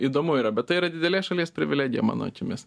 įdomu yra bet tai yra didelės šalies privilegija mano akimis